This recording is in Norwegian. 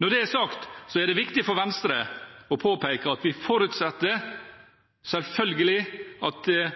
Når det er sagt, er det viktig for Venstre å påpeke at vi selvfølgelig forutsetter at